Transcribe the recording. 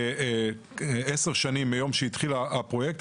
לאחר 10 שנים מיום שהתחיל הפרויקט,